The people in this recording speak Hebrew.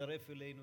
יצטרף אלינו,